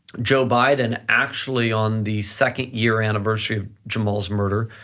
joe biden, actually on the second year anniversary of jamal's murder,